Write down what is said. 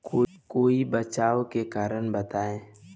कोई बचाव के कारण बताई?